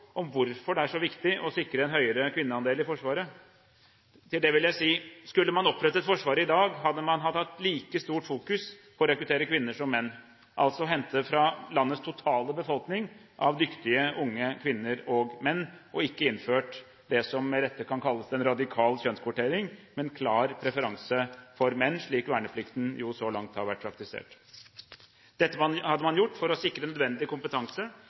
om hvorfor det er så viktig å sikre en høyere kvinneandel i Forsvaret. Til det vil jeg si: Skulle man opprettet Forsvaret i dag, ville man hatt et like stort fokus på å rekruttere kvinner som menn, altså å hente dem fra landets totale befolkning av dyktige unge kvinner og menn og ikke innført det som med rette kan kalles en radikal kjønnskvotering, med en klar preferanse for menn, slik verneplikten jo så langt har vært praktisert. Dette hadde man gjort for å sikre nødvendig kompetanse